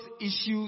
issues